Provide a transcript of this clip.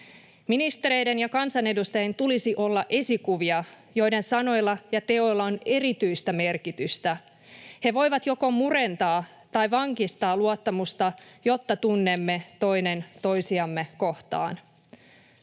Ministereiden ja kansanedustajien tulisi olla esikuvia, joiden sanoilla ja teoilla on erityistä merkitystä. He voivat joko murentaa tai vankistaa luottamusta, jota tunnemme toinen toisiamme kohtaan.